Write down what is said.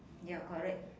ya correct